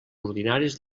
ordinaris